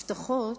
הבטחות